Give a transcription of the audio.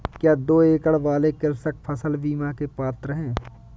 क्या दो एकड़ वाले कृषक फसल बीमा के पात्र हैं?